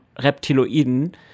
Reptiloiden